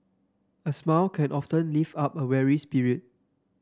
a smile can often lift up a weary spirit